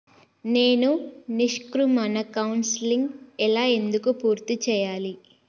నేను నిష్క్రమణ కౌన్సెలింగ్ ఎలా ఎందుకు పూర్తి చేయాలి?